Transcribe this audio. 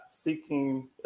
seeking